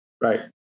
Right